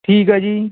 ਠੀਕ ਹੈ ਜੀ